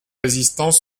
résistants